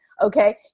Okay